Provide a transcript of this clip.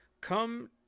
Come